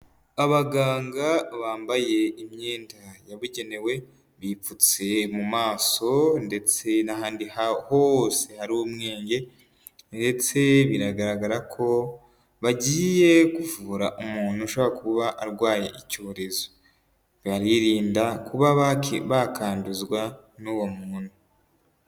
Abaganga bambaye imyenda yabugenewe, bipfutse mu maso ndetse n'ahandi hose hari umwe ndetse biragaragara ko bagiye kuvura umuntu ushobora kuba arwaye icyorezo, baririnda kuba bakanduzwa n'uwo muntu.